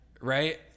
right